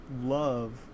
love